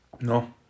No